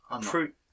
fruit